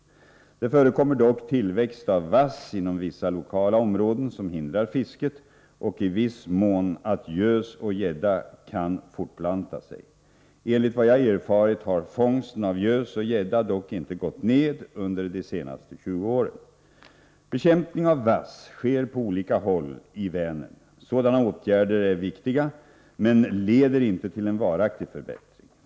Det förekommer dock tillväxt av vass inom vissa lokala områden, vilket hindrar fisket och i viss mån gör att gös och gädda kan fortplanta sig. Enligt vad jag erfarit har fångsten av gös och gädda dock inte gått ned under de senaste 20 åren. Bekämpning av vass sker på olika håll i Vänern. Sådana åtgärder är viktiga men leder inte till en varaktig förbättring.